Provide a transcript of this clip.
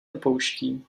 opouští